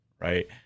right